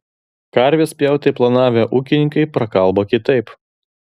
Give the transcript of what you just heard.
karves pjauti planavę ūkininkai prakalbo kitaip